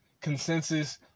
consensus